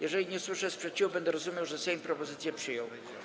Jeżeli nie usłyszę sprzeciwu, będę rozumiał, że Sejm propozycje przyjął.